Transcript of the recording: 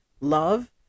love